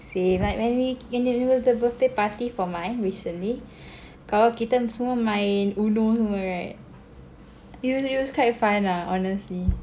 same like when we when it was the birthday party for mine recently kalau kita semua main UNO semua right it was it was quite fun lah honestly